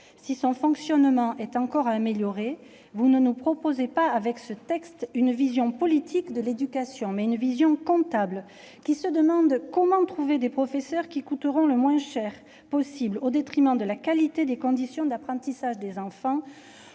Si son fonctionnement est encore à améliorer, vous proposez, avec ce texte, non pas une vision politique de l'éducation, mais une vision comptable qui consiste à trouver des professeurs qui coûteront le moins cher possible, au détriment de la qualité des conditions d'apprentissage des enfants,